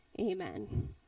Amen